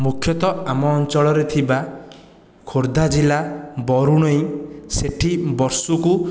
ମୁଖ୍ୟତଃ ଆମ ଅଞ୍ଚଳରେ ଥିବା ଖୋର୍ଦ୍ଧା ଜିଲ୍ଲା ବରୁଣେଇ ସେଇଠି ବର୍ଷକୁ